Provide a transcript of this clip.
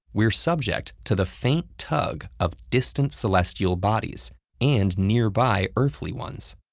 we're subject to the faint tug of distant celestial bodies and nearby earthly ones.